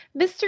Mr